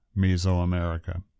Mesoamerica